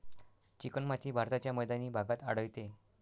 चिकणमाती भारताच्या मैदानी भागात आढळते